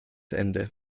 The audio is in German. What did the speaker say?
ende